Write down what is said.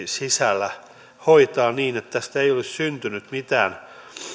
sisällä hoitaa niin että tästä ei olisi syntynyt mitään